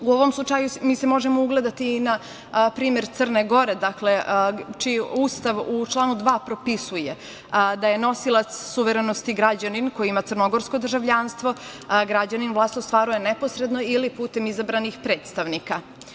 U ovom slučaju mi se možemo ugledati i na primer Crne Gore, čiji Ustav u članu 2. propisuje da je nosilac suverenosti građanin koji ima crnogorsko državljanstvo, građanin vlast ostvaruje neposredno ili putem izabranih predstavnika.